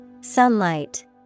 Sunlight